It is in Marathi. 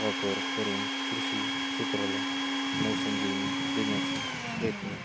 वापर करून कृषी क्षेत्राला नवसंजीवनी देण्याचा प्रयत्न